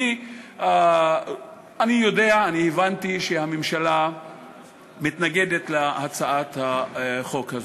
אני יודע, הבנתי שהממשלה מתנגדת להצעת החוק הזאת.